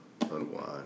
unwind